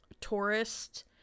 tourist